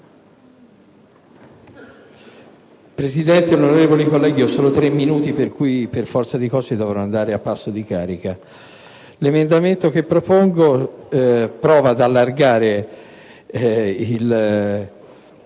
Presidente, onorevoli colleghi, ho solo tre minuti per cui per forza di cose dovrò andare a passo di carica. Gli emendamenti che propongo provano ad allargare